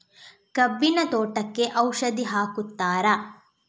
ಕಬ್ಬಿನ ತೋಟಕ್ಕೆ ಔಷಧಿ ಹಾಕುತ್ತಾರಾ?